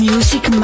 Music